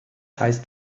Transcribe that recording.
heißt